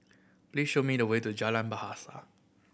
please show me the way to Jalan Bahasa